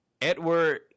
Edward